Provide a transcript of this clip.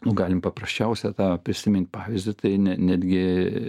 nu galim paprasčiausią tą prisimint pavyzdį tai netgi